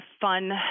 fun